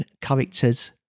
characters